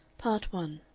part one